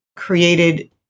created